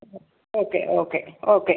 ആ okay okay okay